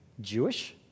Jewish